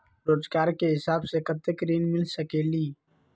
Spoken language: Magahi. रोजगार के हिसाब से कतेक ऋण मिल सकेलि?